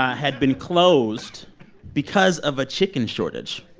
had been closed because of a chicken shortage.